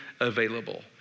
available